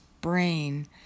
brain